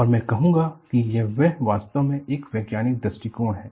और मैं कहूँगा कि यह वास्तव में एक वैज्ञानिक दृष्टिकोण है